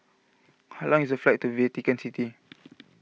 how long is the flight to Vatican City